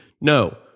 No